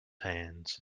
hands